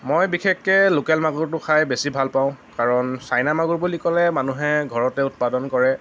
মই বিশেষকৈ লোকেল মাগুৰটো খাই বেছি ভাল পাওঁ কাৰণ চাইনা মাগুৰ বুলি ক'লে মানুহে ঘৰতে উৎপাদন কৰে